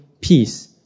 peace